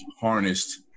harnessed